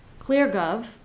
ClearGov